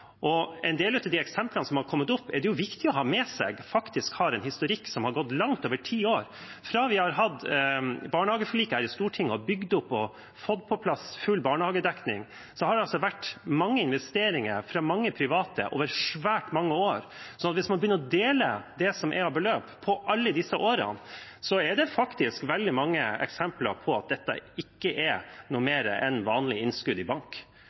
en del av de eksemplene som har kommet opp, faktisk har en historikk som har gått i langt over ti år. Fra vi hadde barnehageforliket her i Stortinget og har bygd opp og fått på plass full barnehagedekning, har det vært mange investeringer fra mange private over svært mange år. Så hvis man begynner å dele det som er av beløp på alle disse årene, er det faktisk veldig mange eksempler på at dette ikke er noe mer enn vanlige innskudd i bank.